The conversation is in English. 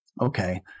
Okay